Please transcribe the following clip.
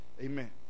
amen